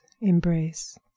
embrace